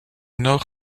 nord